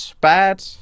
bad